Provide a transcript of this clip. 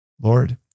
Lord